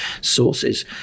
sources